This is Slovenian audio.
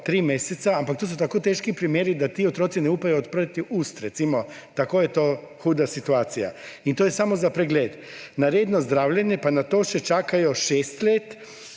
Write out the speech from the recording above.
tri mesece, ampak to so tako težki primeri, da ti otroci ne upajo odpreti ust, recimo, tako je to huda situacija. In to je samo za pregled. Na redno zdravljenje pa nato še čakajo šest let;